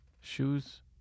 shoes